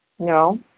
No